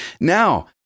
Now